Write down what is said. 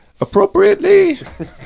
appropriately